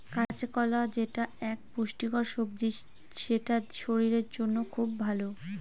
কাঁচকলা যেটা এক পুষ্টিকর সবজি সেটা শরীরের জন্য খুব ভালো